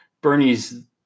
Bernie's